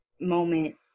moment